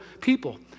people